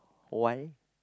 why